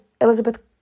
Elizabeth